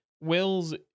Wills